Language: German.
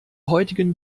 heutigen